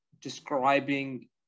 describing